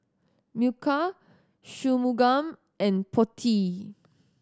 Milkha Shunmugam and Potti